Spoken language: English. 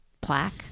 plaque